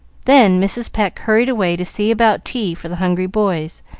then mrs. pecq hurried away to see about tea for the hungry boys,